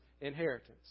inheritance